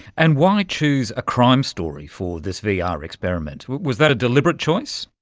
and why choose a crime story for this vr yeah ah vr experiment? was that a deliberate choice?